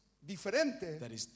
diferente